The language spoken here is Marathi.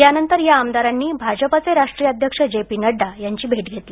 त्यानंतर या आमदारांनी भाजपाचे राष्ट्रीय अध्यक्ष जे पी नड्डा यांची भेट घेतली